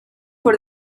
for